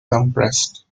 compressed